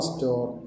Store